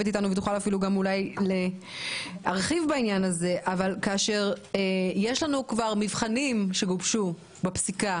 איתנו יכולה להרחיב בעניין הזה כאשר יש לנו כבר מבחנים שגובשו בפסיקה